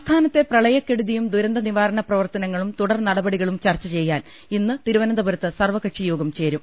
സംസ്ഥാനത്തെ പ്രളയക്കെടുതിയും ദുരന്ത നിവാരണ പ്രവർത്തനങ്ങളും തുടർ നടപടികളും ചർച്ച ചെയ്യാൻ ഇന്ന് തിരു വനന്തപുരത്ത് സർവ്വകക്ഷിയോഗം ചേരും